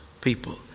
people